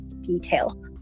detail